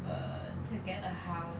err to get a house